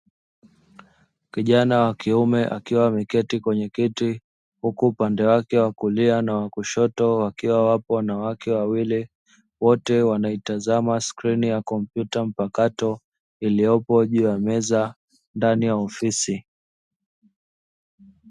Kijana wa kiume akiwa ameketi kwenye kiti, huku upande wake wa kulia na wa kushoto wakiwa wapo wanawake wawili wote wanaitazama skrini ya kompyuta mpakato, iliyopo juu ya meza ndani ya ofisi.